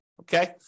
okay